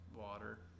water